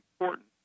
important